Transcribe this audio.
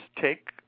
take